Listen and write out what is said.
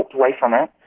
walked away from it,